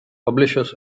publishes